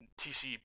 TC